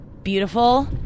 beautiful